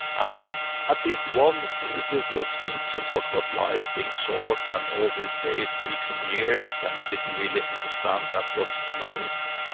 ah and at least one will do a speech and talk about life being short and all these days, weeks, and years, and they didn't really understand that was life.